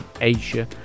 Asia